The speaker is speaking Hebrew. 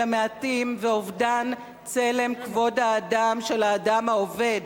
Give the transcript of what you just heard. המעטים ואובדן צלם כבוד האדם של האדם העובד.